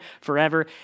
forever